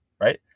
right